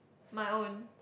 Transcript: my own